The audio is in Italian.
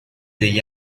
degli